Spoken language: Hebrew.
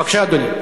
בבקשה, אדוני.